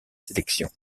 sélections